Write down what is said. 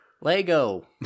Lego